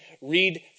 read